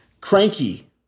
Cranky